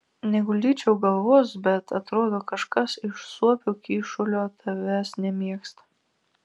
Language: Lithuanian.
neguldyčiau galvos bet atrodo kažkas iš suopių kyšulio tavęs nemėgsta